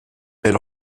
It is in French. elle